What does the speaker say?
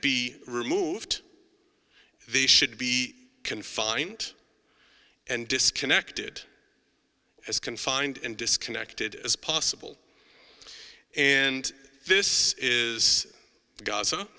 be removed the should be confined and disconnected as confined and disconnected as possible and this is g